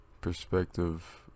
perspective